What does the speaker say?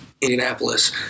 Indianapolis